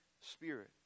Spirit